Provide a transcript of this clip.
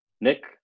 nick